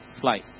flight